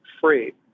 free